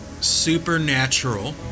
supernatural